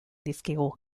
dizkigu